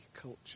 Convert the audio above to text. culture